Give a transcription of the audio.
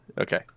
Okay